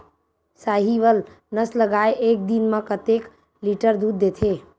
साहीवल नस्ल गाय एक दिन म कतेक लीटर दूध देथे?